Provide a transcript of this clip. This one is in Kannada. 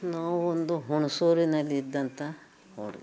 ನಾವು ಒಂದು ಹುಣಸೂರಿನಲ್ಲಿ ಇದ್ದಂಥ ಊರು